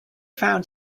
found